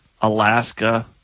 Alaska